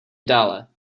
dále